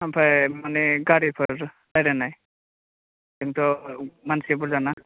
ओमफ्राय माने गारिफोर बेरायनाय जोंथ' मानसि बुरजाना